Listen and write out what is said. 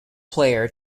player